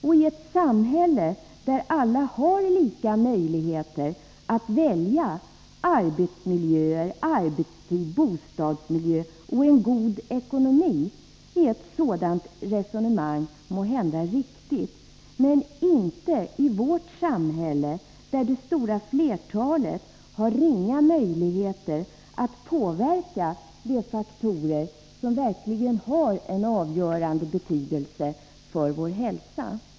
I ett samhälle där alla har lika möjligheter att välja arbetsmiljö, arbetstid och bostadsmiljö och att få en god ekonomi är ett sådant resonemang måhända riktigt, men inte i vårt samhälle, där det stora flertalet har ringa möjligheter att påverka de faktorer som verkligen har en avgörande betydelse för vår hälsa.